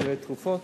מחירי תרופות?